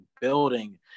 building